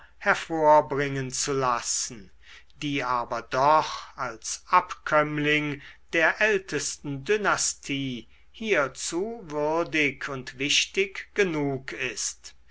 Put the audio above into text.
hervorbringen zu lassen die aber doch als abkömmling der ältesten dynastie hierzu würdig und wichtig genug ist